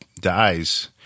dies